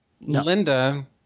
Linda